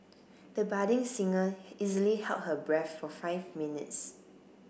the budding singer easily held her breath for five minutes